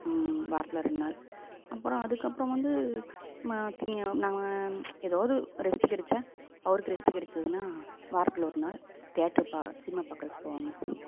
வாரத்தில் ரெண்டு நாள் அப்புறம் அதுக்கப்புறம் வந்து நாங்கள் ஏதாவது ரெஸ்ட்டு கிடைச்சா அவருக்கு ரெஸ்ட்டு கிடைச்சிதுனா வாரத்தில் ஒரு நாள் தியேட்டர் சினிமா பாக்குறதுக்கு போவோம்ங்க